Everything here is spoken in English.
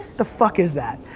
the fuck is that?